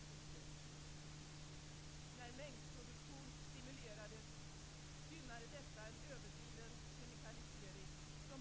Det står vi fortfarande för.